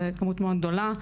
זו כמות מאוד גדולה.